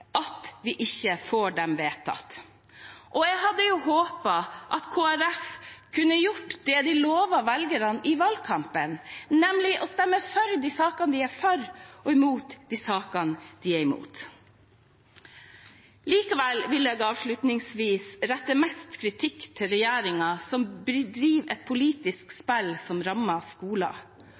at vi ikke får dem vedtatt. Jeg hadde håpet at Kristelig Folkeparti kunne gjort det de lovet velgerne i valgkampen, nemlig å stemme for de sakene de er for, og imot de sakene de er imot. Likevel vil jeg avslutningsvis rette mest kritikk mot regjeringen, som driver et politisk spill som rammer skolen